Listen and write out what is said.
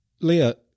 Leah